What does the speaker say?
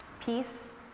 Peace